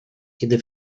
kiedy